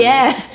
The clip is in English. Yes